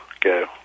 go